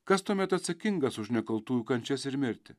kas tuomet atsakingas už nekaltųjų kančias ir mirtį